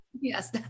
Yes